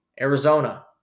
Arizona